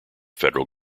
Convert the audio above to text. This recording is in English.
federal